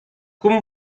como